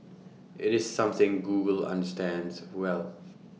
IT is something Google understands well